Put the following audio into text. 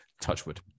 Touchwood